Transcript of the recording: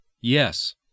yes